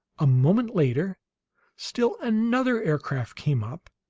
a moment later still another aircraft came up,